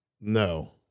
No